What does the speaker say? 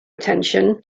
attention